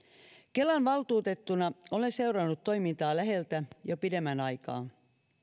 kelan valtuutettuna olen seurannut toimintaa läheltä jo pidemmän aikaa